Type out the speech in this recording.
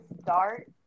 start